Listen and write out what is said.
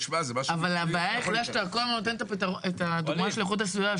אבל הבעיה היחידה שאתה כל הזמן נותן את הדוגמה של איכות הסביבה.